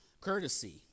Courtesy